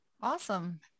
awesome